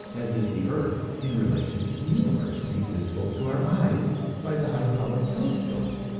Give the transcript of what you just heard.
as is the earth in relation to the universe made visible to our eyes by the high-power telescope,